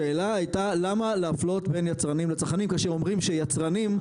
השאלה הייתה למה להפלות בין יצרנים לצרכנים כאשר אומרים שיצרנים,